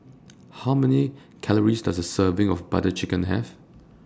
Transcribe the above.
How Many Calories Does A Serving of Butter Chicken Have